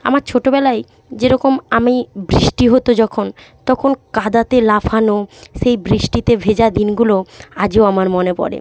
আমার ছোটবেলায় যে রকম আমি বৃষ্টি হতো যখন তখন কাদাতে লাফানো সেই বৃষ্টিতে ভেজা দিনগুলো আজও আমার মনে পড়ে